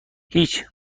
هیچ